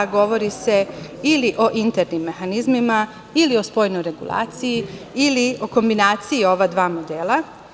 Govori se ili o internim mehanizmima ili o spoljnoj regulaciji ili o kombinaciji ova dva modela.